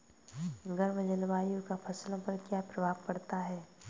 गर्म जलवायु का फसलों पर क्या प्रभाव पड़ता है?